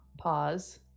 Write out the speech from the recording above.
pause